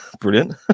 Brilliant